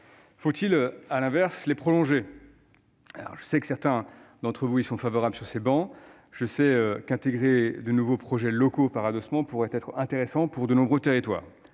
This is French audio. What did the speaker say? Faut-il, à l'inverse, les prolonger ? Je sais que certains d'entre vous y sont favorables. Je sais qu'intégrer de nouveaux projets locaux par adossement pourrait être intéressant pour certains territoires,